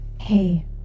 Hey